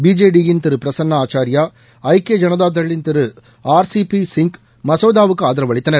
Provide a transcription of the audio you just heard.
பிஜேடியின் திரு பிரசன்னா ஆச்சாயா ஐக்கிய ஜனதாதள்ளின் திரு ஆர் சி பி சிங் மசோதாவுக்கு ஆதரவு அளித்தனர்